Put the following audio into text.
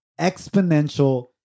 exponential